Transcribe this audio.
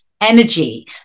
energy